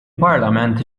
parlament